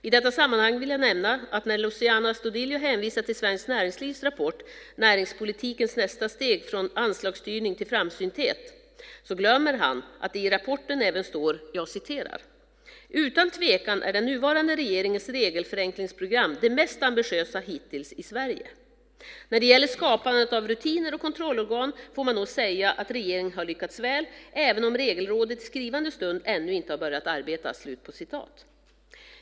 I detta sammanhang vill jag nämna att när Luciano Astudillo hänvisar till Svenskt Näringslivs rapport Näringspolitikens nästa steg - från anslagsstyrning till framsynthet glömmer han att det i rapporten även står: "Utan tvekan är den nuvarande regeringens regelförenklingsprogram det mest ambitiösa hittills i Sverige." "När det gäller skapandet av rutiner och kontrollorgan får man nog säga att regeringen har lyckats väl, även om Regelrådet i skrivande stund ännu inte har börjat arbeta."